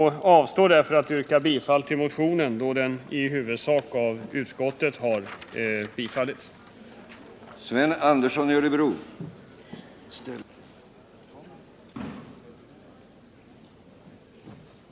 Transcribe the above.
Jag avstår således från att yrka bifall till motionen då den i väsentliga delar har bifallits av utskottet.